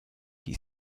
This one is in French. qui